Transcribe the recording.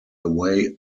away